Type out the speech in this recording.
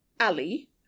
Ali